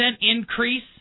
increase